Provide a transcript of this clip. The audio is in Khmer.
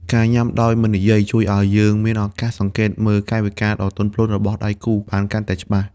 ការញ៉ាំដោយមិននិយាយ ជួយឱ្យយើងមានឱកាសសង្កេតមើលកាយវិការដ៏ទន់ភ្លន់របស់ដៃគូបានកាន់តែច្បាស់។